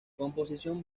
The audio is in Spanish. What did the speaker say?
composición